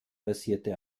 basierte